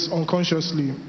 unconsciously